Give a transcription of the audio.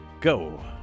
Go